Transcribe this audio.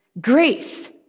Grace